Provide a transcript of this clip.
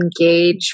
engage